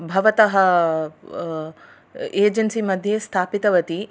भवतः एजेन्सि मध्ये स्थापितवती